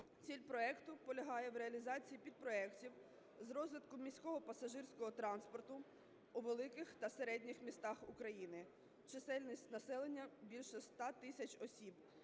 Ціль проекту полягає в реалізації підпроектів з розвитку міського пасажирського транспорту у великих та середніх містах України, чисельність населення більше 100 тисяч осіб,